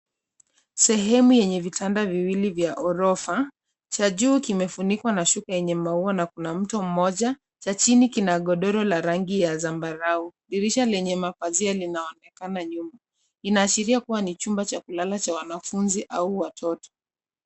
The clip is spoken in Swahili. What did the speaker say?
Sehemu yenye vitanda viwili vya ghorofa, cha juu kimefunikwa na shuka yenye maua na kuna mtu mmoja. Cha chini kina godoro la rangi ya zambarau, dirisha lenye mapazia linaonekana nyuma. Inaashiria kuwa ni chumba cha kulala cha wanafunzi au watoto.